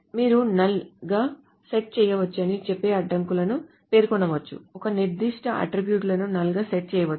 మీరు నల్ గా సెట్ చేయవచ్చని చెప్పే అడ్డంకులను పేర్కొనవచ్చు ఒక నిర్దిష్ట అట్ట్రిబ్యూట్ ను నల్ గా సెట్ చేయవచ్చు